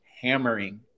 hammering